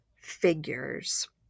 figures